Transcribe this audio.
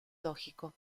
lógico